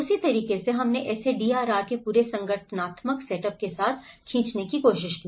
तो उस तरीके से हमने इसे DRR के पूरे संगठनात्मक सेटअप के साथ खींचने की कोशिश की